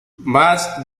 más